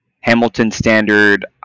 Hamilton-standard